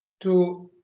to